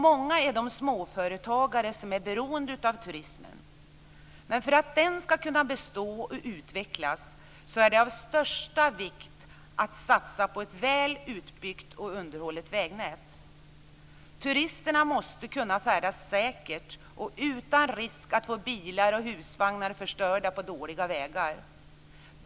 Många är de småföretagare som är beroende av turismen. Men för att den ska kunna bestå och utvecklas är det av största vikt att satsa på ett väl utbyggt och underhållet vägnät. Turisterna måste kunna färdas säkert och utan risk för att få bilar och husvagnar förstörda på dåliga vägar.